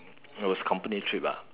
it was company trip lah